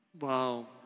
Wow